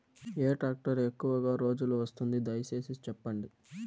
ఏ tractor ఎక్కువగా రోజులు వస్తుంది, దయసేసి చెప్పండి?